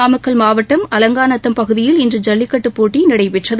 நாமக்கல் மாவட்டம் அலங்காநத்தம் பகுதியில் இன்று ஜல்லிக்கட்டுப் போட்டி நடைபெற்றது